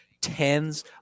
tens